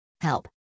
Help